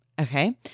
Okay